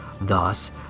Thus